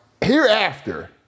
hereafter